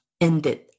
ended